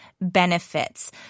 benefits